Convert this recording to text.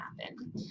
happen